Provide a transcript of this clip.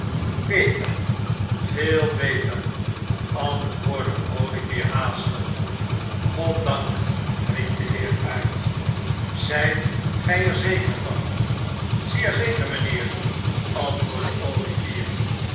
beter veel beter antwoordde olivier haastig goddank riep de heer uit zijt gij er zeker van zeer zeker mijnheer antwoordde olivier